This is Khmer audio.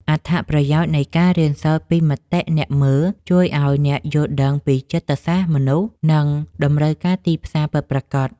អត្ថប្រយោជន៍នៃការរៀនសូត្រពីមតិអ្នកមើល ជួយឱ្យអ្នកយល់ដឹងពីចិត្តសាស្ត្រមនុស្ស និងតម្រូវការទីផ្សារពិតប្រាកដ។